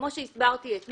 כפי שהסברתי אתמול,